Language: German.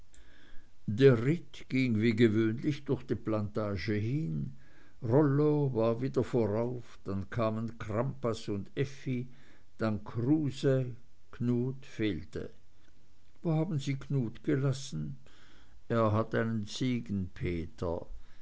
der ritt ging wie gewöhnlich durch die plantage hin rollo war wieder vorauf dann kamen crampas und effi dann kruse knut fehlte wo haben sie knut gelassen er hat einen